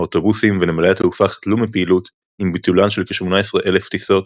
האוטובוסים ונמלי התעופה חדלו מפעילות עם ביטולן של כ-18,000 טיסות